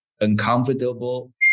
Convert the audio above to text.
uncomfortable